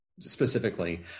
specifically